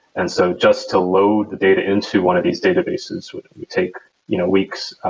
and so just to load the data into one of these databases would take you know weeks,